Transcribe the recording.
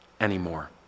anymore